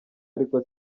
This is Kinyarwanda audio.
ariko